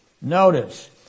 Notice